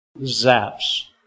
zaps